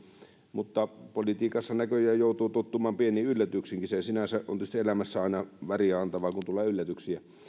mutta politiikassa näköjään joutuu tottumaan pieniin yllätyksiinkin se sinänsä on tietysti elämässä aina väriä antavaa kun tulee yllätyksiä